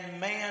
man